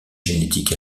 génétique